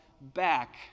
back